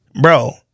Bro